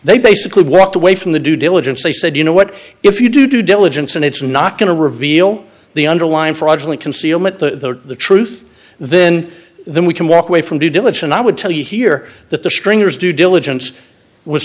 they basically walked away from the due diligence they said you know what if you do due diligence and it's not going to reveal the underlying fraudulent concealment to the truth then then we can walk away from due diligence i would tell you here that the stringers due diligence w